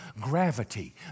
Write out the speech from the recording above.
gravity